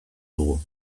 dugu